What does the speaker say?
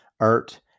Art